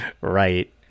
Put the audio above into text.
Right